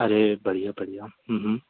अरे बढिया बढिया